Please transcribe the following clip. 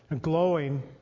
glowing